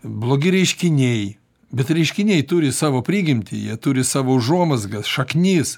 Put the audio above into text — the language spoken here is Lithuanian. blogi reiškiniai bet reiškiniai turi savo prigimtį jie turi savo užuomazgas šaknis